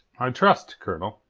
i trust, colonel,